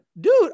dude